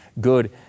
good